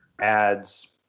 ads